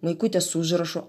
maikutės užrašu